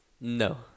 No